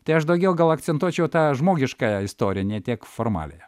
tai aš daugiau gal akcentuočiau tą žmogiškąją istoriją ne tiek formaliąją